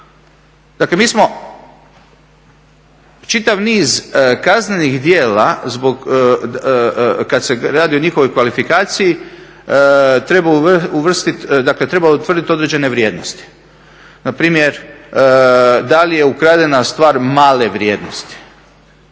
dakle mi smo čitav niz kaznenih djela kad se radi o njihovoj kvalifikaciji treba utvrdit određene vrijednosti, npr. da li je ukradena stvar male vrijednosti.